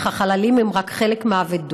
אך החללים הם רק חלק מהאבדות.